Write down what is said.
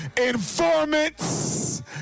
informants